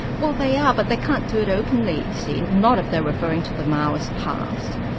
well they are, but they can't do it openly you see, not if they're referring to the maoist past.